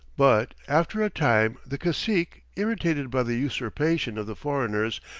but after a time the cacique, irritated by the usurpation of the foreigners,